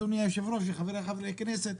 אדוני היושב ראש וחברי הכנסת,